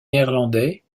néerlandais